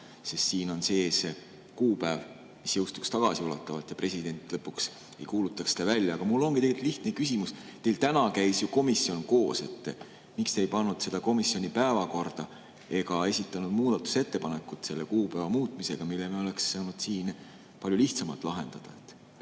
sest siin on sees kuupäev, mis jõustuks tagasiulatuvalt, ja president lõpuks ei kuulutaks seda välja. Aga mul on tegelikult lihtne küsimus. Teil täna käis ju komisjon koos. Miks te ei pannud seda komisjoni päevakorda ega esitanud muudatusettepanekut selle kuupäeva muutmiseks, mille me oleks saanud siin palju lihtsamalt lahendada?